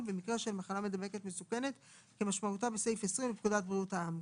במקרה של מחלה מידבקת מסוכנת כמשמעותה בסעיף 20 לפקודת בריאות העם.